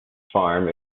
farm